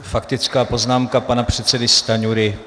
Faktická poznámka pana předsedy Stanjury.